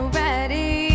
ready